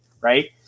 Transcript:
right